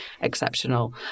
exceptional